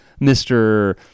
Mr